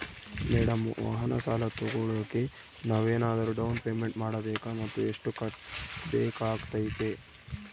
Madam ವಾಹನ ಸಾಲ ತೋಗೊಳೋಕೆ ನಾವೇನಾದರೂ ಡೌನ್ ಪೇಮೆಂಟ್ ಮಾಡಬೇಕಾ ಮತ್ತು ಎಷ್ಟು ಕಟ್ಬೇಕಾಗ್ತೈತೆ?